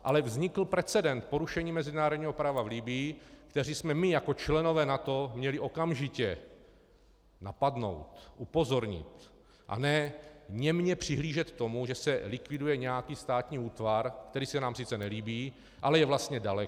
Ale vznikl precedens porušení mezinárodního práva v Libyi, který jsme my jako členové NATO měli okamžitě napadnout, upozornit, a ne němě přihlížet k tomu, že se likviduje nějaký státní útvar, který se nám sice nelíbí, ale je vlastně daleko.